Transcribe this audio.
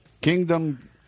Kingdom